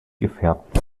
gefärbt